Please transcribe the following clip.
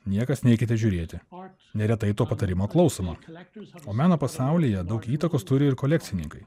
niekas neikite žiūrėti neretai to patarimo klausoma o meno pasaulyje daug įtakos turi ir kolekcininkai